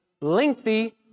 lengthy